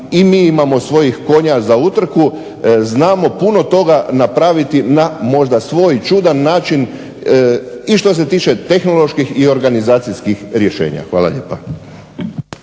i mi imamo svojih konja za utrku, znamo puno toga napraviti na možda svoj čudan način i što se tiče tehnoloških i organizacijskih rješenja. Hvala lijepa.